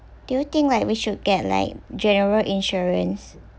do you think what we should get like general insurance